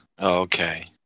Okay